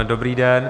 Dobrý den.